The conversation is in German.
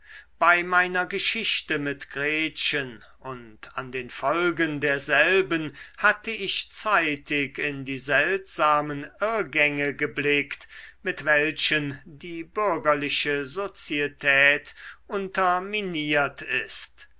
bei meiner geschichte mit gretchen und an den folgen derselben hatte ich zeitig in die seltsamen irrgänge geblickt mit welchen die bürgerliche sozietät unterminiert ist